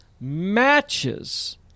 matches